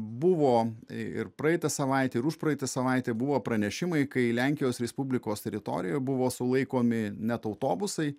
buvo ir praeitą savaitę ir užpraeitą savaitę buvo pranešimai kai lenkijos respublikos teritorijoje buvo sulaikomi net autobusai